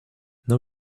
now